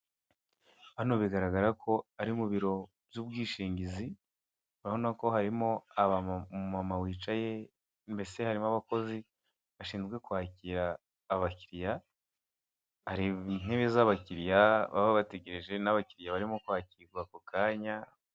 Hano bigaragara ko ari mu biro by'ubwishingizi urabona ko harimo umumama wicaye mbese harimo abakozi bashinzwe kwakira abakiriya. Hari intebe z'abakiriya baba bategereje n'abakiriya barimo kwakirwa ako kanya.